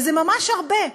וזה ממש הרבה,